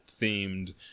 themed